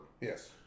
Yes